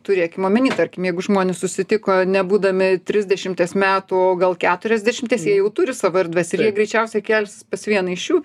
turėkim omeny tarkim jeigu žmonės susitiko ne būdami trisdešimties metų gal keturiasdešimties jie jau turi savo erdves ir jie greičiausiai kelsis pas vieną iš jų